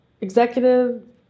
executive